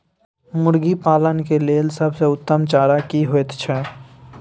मुर्गी पालन के लेल सबसे उत्तम चारा की होयत छै?